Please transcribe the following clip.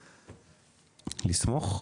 לסמוך?